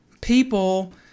people